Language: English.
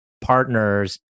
partners